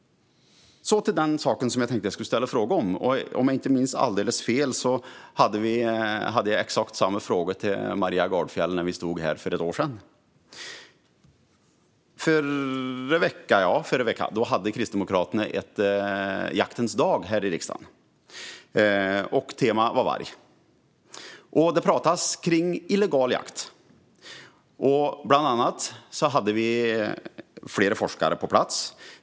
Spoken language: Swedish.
Så till den sak som jag tänkte att jag skulle ställa en fråga om. Om jag inte minns alldeles fel ställde jag exakt samma fråga till Maria Gardfjell när vi stod här för ett år sedan. I förra veckan anordnade Kristdemokraterna jaktens dag här i riksdagen. Temat var varg, och det pratades om illegal jakt. Vi hade bland annat flera forskare på plats.